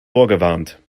vorgewarnt